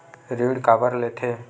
ऋण काबर लेथे?